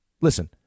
Listen